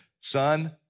son